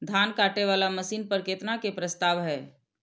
धान काटे वाला मशीन पर केतना के प्रस्ताव हय?